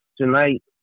tonight